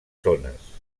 zones